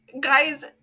guys